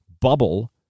bubble